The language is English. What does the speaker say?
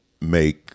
make